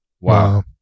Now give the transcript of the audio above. Wow